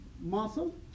muscle